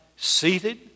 Seated